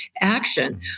action